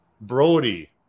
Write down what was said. Brody